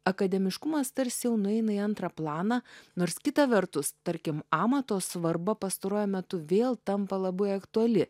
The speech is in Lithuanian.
akademiškumas tarsi jau nueina į antrą planą nors kita vertus tarkim amato svarba pastaruoju metu vėl tampa labai aktuali